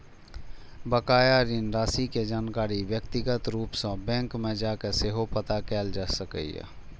बकाया ऋण राशि के जानकारी व्यक्तिगत रूप सं बैंक मे जाके सेहो पता कैल जा सकैए